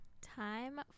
Time